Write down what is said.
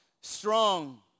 strong